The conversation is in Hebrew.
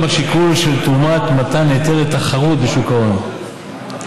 השיקול של תרומת מתן ההיתר לתחרות בשוק ההון,